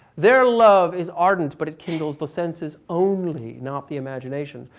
their love is ardent but it kindles the senses only, not the imagination.